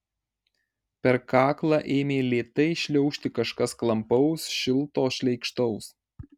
per kaklą ėmė lėtai šliaužti kažkas klampaus šilto šleikštaus